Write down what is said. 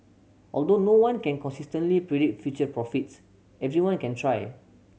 although no one can consistently predict future profits everyone can try